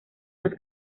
más